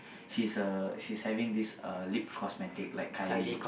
she's uh she's having this uh lip cosmetic like Kylie